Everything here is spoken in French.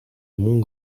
mont